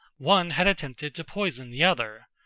one had attempted to poison the other,